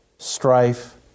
Strife